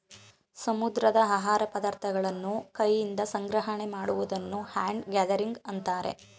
ಸಮುದ್ರದ ಆಹಾರ ಪದಾರ್ಥಗಳನ್ನು ಕೈಯಿಂದ ಸಂಗ್ರಹಣೆ ಮಾಡುವುದನ್ನು ಹ್ಯಾಂಡ್ ಗ್ಯಾದರಿಂಗ್ ಅಂತರೆ